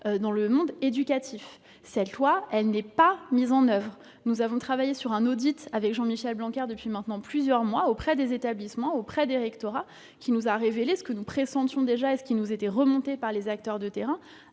dans le monde éducatif. Cette loi n'est pas mise en oeuvre. Nous avons travaillé, avec Jean-Michel Blanquer, sur un audit depuis maintenant plusieurs mois, mené auprès des établissements et des rectorats, qui nous a révélé ce que nous pressentions déjà et qui nous était remonté par les acteurs de terrain,